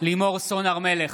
לימור סון הר מלך,